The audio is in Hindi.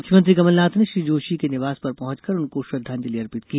मुख्यमंत्री कमलनाथ ने श्री जोशी के निवास पर पहॅचकर उनको श्रद्वांजलि अर्पित की